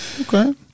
okay